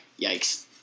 yikes